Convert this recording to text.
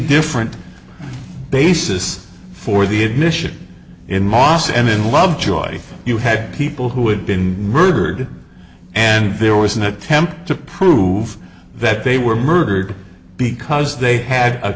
different basis for the admission in mosques and in lovejoy you had people who had been murdered and there was an attempt to prove that they were murdered because they had